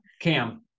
Cam